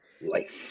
life